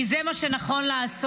כי זה מה שנכון לעשות.